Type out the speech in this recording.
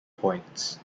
points